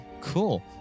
cool